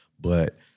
but-